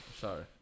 sorry